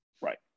Right